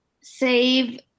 save